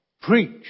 preach